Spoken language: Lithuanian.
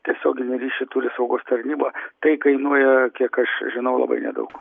tiesioginį ryšį turi saugos tarnyba tai kainuoja kiek aš žinau labai nedaug